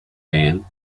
ban